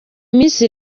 minsi